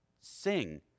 sing